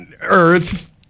earth